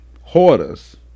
hoarders